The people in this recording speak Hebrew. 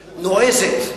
נועזת.